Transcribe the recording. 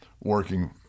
Working